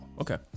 Okay